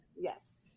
yes